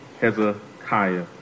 Hezekiah